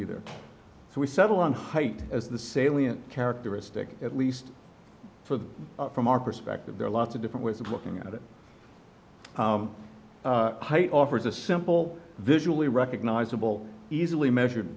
either so we settle on height as the salient characteristic at least for the from our perspective there are lots of different ways of looking at it height offers a simple visually recognisable easily measured